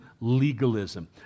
legalism